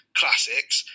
classics